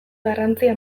garrantzia